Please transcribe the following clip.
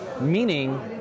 meaning